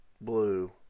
blue